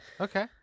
Okay